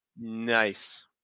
Nice